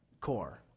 core